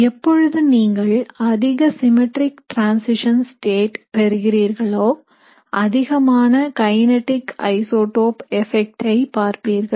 எப்பொழுது நீங்கள் அதிக சிம்மேற்றிக் டிரன்சிஷன் ஸ்டேட் பெறுகிறிர்களோ அதிகமான கைநீட்டிக் ஐசோடோப் எபெக்ட் ஐ பார்ப்பீர்கள்